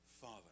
father